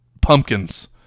pumpkins